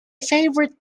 favourite